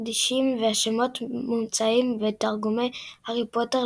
תחדישים ושמות מומצאים בתרגומי 'הארי פוטר'